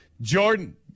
Jordan